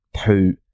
Two